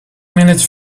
minutes